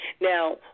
Now